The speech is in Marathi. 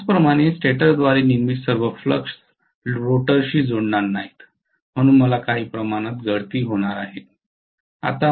त्याचप्रमाणे स्टेटरद्वारे निर्मित सर्व फ्लक्स रोटरशी जोडणार नाहीत म्हणून मला काही प्रमाणात गळती होणार आहे